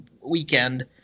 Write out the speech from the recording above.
weekend